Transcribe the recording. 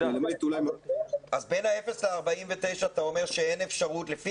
למעט אולי --- אז בין אפס ל-49 אתה אומר שאין אפשרות לפי